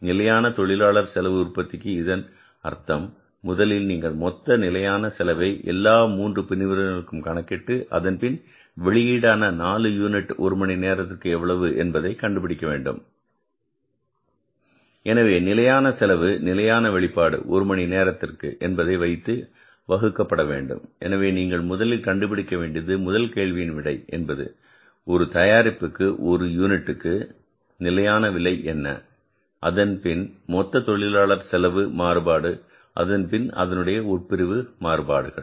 நிலையான தொழிலாளர் செலவு உற்பத்திக்கு இதன் அர்த்தம் முதலில் நீங்கள் மொத்த நிலையான செலவை எல்லா 3 பிரிவினருக்கும் கணக்கிட்டு அதன்பின் வெளியீடான 4 யூனிட் ஒரு மணி நேரத்திற்கு எவ்வளவு என்று கண்டுபிடிக்க வேண்டும் எனவே நிலையான செலவு நிலையான வெளிப்பாடு ஒரு மணி நேரத்திற்கு என்பதை வைத்து வகுக்கப்பட வேண்டும் எனவே நீங்கள் முதலில் கண்டுபிடிக்க வேண்டியது முதல் கேள்வியின் விடை என்பது ஒரு தயாரிப்பிற்கு ஒரு யூனிட்டுக்கு நிலையான விலை என்ன அதன்பின் மொத்த தொழிலாளர் செலவு மாறுபாடு அதன்பின் அதனுடைய உட்பிரிவு மாறுபாடுகள்